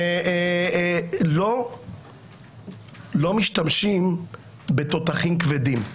לא משתמשים בתותחים כבדים.